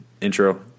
intro